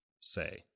say